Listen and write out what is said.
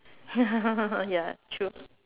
ya ya true